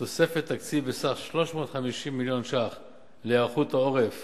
תוספת תקציב בסך 350 מיליון שקלים להיערכות העורף